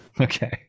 Okay